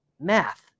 math